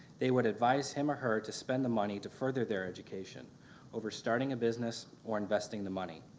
they would advise him or her to spend the money to further their education over starting a business or investing the money.